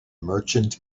merchant